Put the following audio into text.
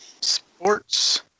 Sports